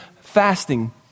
fasting